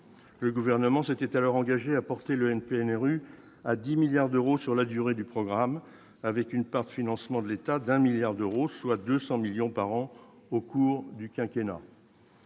le gouvernement s'était alors engagé à porter le NPNRU à 10 milliards d'euros sur la durée du programme avec une part de financement de l'État d'un milliard d'euros, soit 200 millions par an au cours du quinquennat.